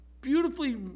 beautifully